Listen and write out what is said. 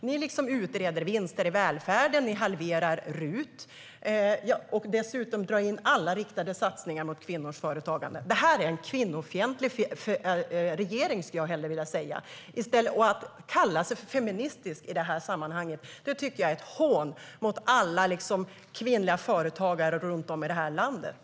Ni utreder vinster i välfärden, ni halverar RUT och drar in alla satsningar riktade till kvinnors företagande. Det är en kvinnofientlig regering. Att kalla sig för feministisk i detta sammanhang är ett hån mot alla kvinnliga företagare runt om i landet.